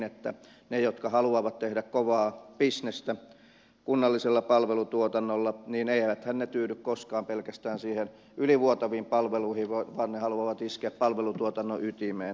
eiväthän ne jotka haluavat tehdä kovaa bisnestä kunnallisella palvelutuotannolla tyydy koskaan pelkästään niihin ylivuotaviin palveluihin vaan ne haluavat iskeä palvelutuotannon ytimeen